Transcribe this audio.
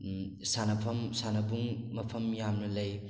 ꯁꯥꯟꯅꯐꯝ ꯁꯥꯟꯅꯕꯨꯡ ꯃꯐꯝ ꯌꯥꯝꯅ ꯂꯩ